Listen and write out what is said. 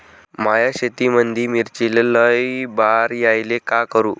माया शेतामंदी मिर्चीले लई बार यायले का करू?